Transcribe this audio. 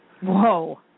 Whoa